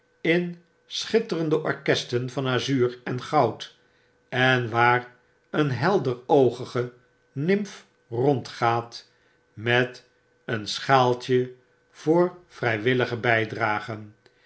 in schitterende orkesten van azuur en goud en waar een helderoogige nimf rondgaat met een schaaltje voor vrywillige bydragen